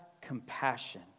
compassion